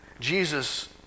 Jesus